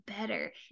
better